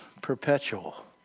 perpetual